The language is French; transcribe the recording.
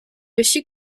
aussi